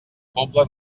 pobla